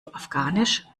afghanisch